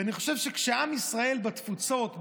ואני חושב שכשעם ישראל בתפוצות,